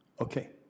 Okay